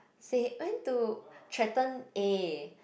she went to threaten A